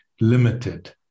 limited